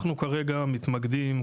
אנחנו כרגע מתמקדים,